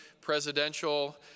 presidential